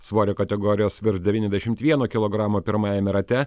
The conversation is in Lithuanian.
svorio kategorijos virš devyniasdešimt vieno kilogramo pirmajame rate